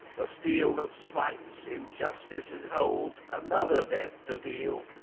the steel that smites, in justice' hold, another death to deal.